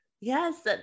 Yes